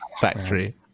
factory